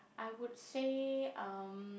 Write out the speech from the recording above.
I would say um